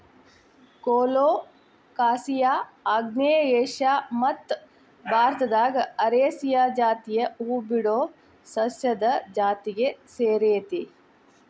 colocasia ಆಗ್ನೇಯ Asia ಮತ್ತು ಭಾರತದಾಗ ಅರೇಸಿ ಜಾತಿಯ ಹೂಬಿಡೊ ಸಸ್ಯದ ಜಾತಿಗೆ ಸೇರೇತಿ